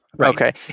Okay